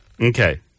Okay